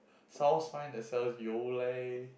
South Spine that sells Yole